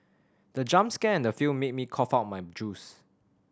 the jump scare in the film made me cough out my juice